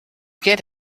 get